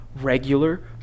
regular